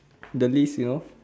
the list you know